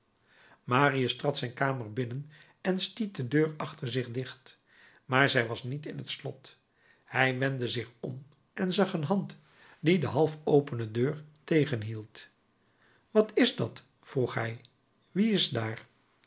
marius trad zijn kamer binnen en stiet de deur achter zich dicht maar zij was niet in t slot hij wendde zich om en zag een hand die de half opene deur tegenhield wat is dat vroeg hij wie is daar